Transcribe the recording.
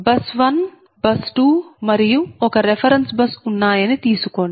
bus 1 bus 2 మరియు 1 reference bus ఉన్నాయని తీసుకోండి